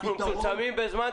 אנחנו מצומצמים בזמן.